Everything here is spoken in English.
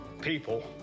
people